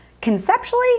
Conceptually